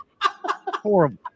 Horrible